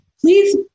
please